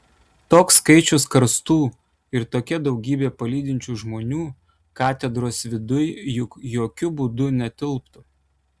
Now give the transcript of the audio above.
toks skaičius karstų ir tokia daugybė palydinčių žmonių katedros viduj juk jokiu būdu netilptų